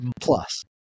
plus